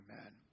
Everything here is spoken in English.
amen